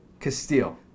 Castile